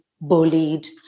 bullied